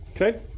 Okay